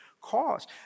cause